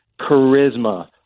charisma